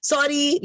Sorry